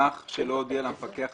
גם בו יש תיקון שהוא שינוי של הסכומים.